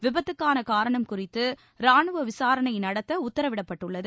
விபத்துக்கான காரணம் குறித்து ரானுவ விசாரணை நடத்த உத்தரவிடப்பட்டுள்ளது